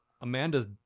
Amanda's